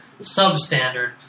substandard